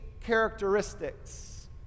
characteristics